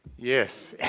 yes,